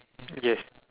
yes